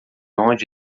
onde